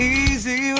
easy